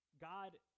God